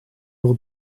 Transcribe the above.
will